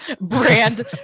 brand